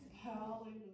Hallelujah